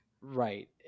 Right